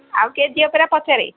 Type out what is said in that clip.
ଆଉ କିଏ ଯିବେ ପରା ପଚାରେ